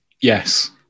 Yes